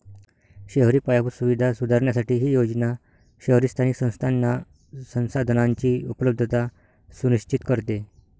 शहरी पायाभूत सुविधा सुधारण्यासाठी ही योजना शहरी स्थानिक संस्थांना संसाधनांची उपलब्धता सुनिश्चित करते